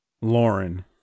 Lauren